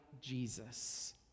Jesus